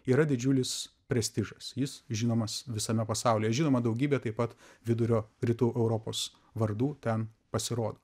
yra didžiulis prestižas jis žinomas visame pasaulyje žinoma daugybė taip pat vidurio rytų europos vardų ten pasirodo